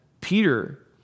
Peter